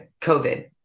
COVID